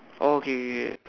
oh okay okay okay